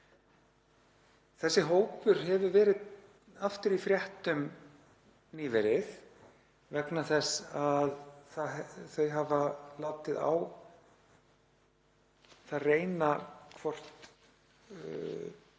Þessi hópur var aftur í fréttum nýverið vegna þess að þau hafa látið á það reyna hvort